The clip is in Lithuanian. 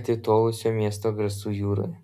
atitolusio miesto garsų jūroje